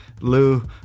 Lou